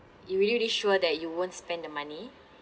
you really really sure that you won't spend the money